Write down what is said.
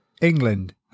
England